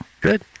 Good